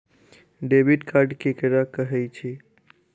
Debit card ककरा कहै छै?